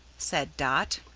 said dot.